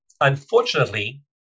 unfortunately